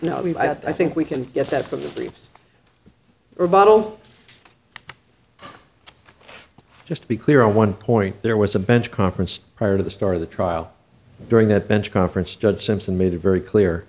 know i think we can get that from the briefs or bottle just to be clear on one point there was a bench conference prior to the start of the trial during that bench conference judge simpson made it very clear